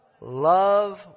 Love